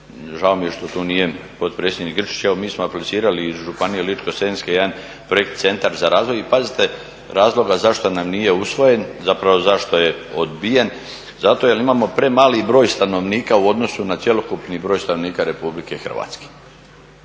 žao mi je što tu nije potpredsjednik Grčić, evo mi smo aplicirali iz Županije ličko-senjske jedan … centar za razvoj i pazite razloga zašto nam nije usvojen, zapravo zašto je odbijen, zato jer imamo premali broj stanovnika u odnosu na cjelokupni broj stanovnika RH.